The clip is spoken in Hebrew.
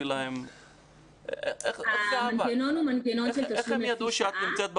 איך הם ידעו שאת נמצאת במערכת?